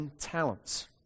talents